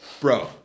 bro